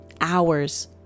hours